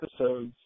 episodes